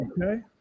Okay